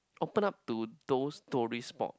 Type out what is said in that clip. open up to those story spot